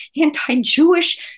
anti-Jewish